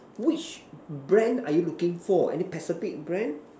which brand are you looking for any specific brand